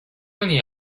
many